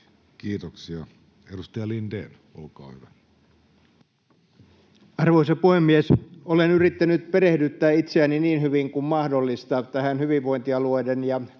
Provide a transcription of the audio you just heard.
Kiitoksia. — Edustaja Lindén, olkaa hyvä. Arvoisa puhemies! Olen yrittänyt perehdyttää itseäni niin hyvin kuin mahdollista tähän hyvinvointialueiden ja